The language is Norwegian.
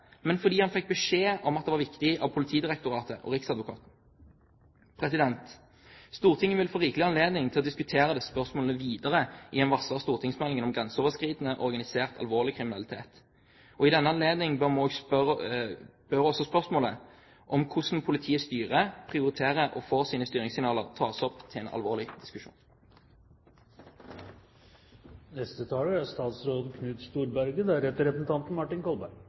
men snarere tvert imot, det var ikke egne måltall til dette – men fordi han fikk beskjed om at det var viktig, fra Politidirektoratet og fra riksadvokaten. Stortinget vil få rikelig anledning til å diskutere disse spørsmålene videre i den varslede stortingsmeldingen om grenseoverskridende organisert alvorlig kriminalitet. I denne anledning bør også spørsmålet om hvordan politiet styrer, prioriterer og får sine styringssignaler, tas opp til en alvorlig diskusjon. Det er